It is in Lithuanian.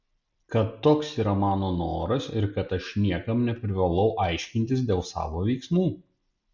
kad toks yra mano noras ir kad aš niekam neprivalau aiškintis dėl savo veiksmų